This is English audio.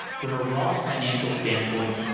from a raw financial standpoint,